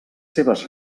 seves